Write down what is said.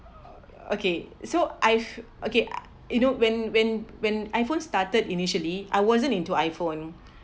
okay so I've okay uh you know when when when iPhone started initially I wasn't into iPhone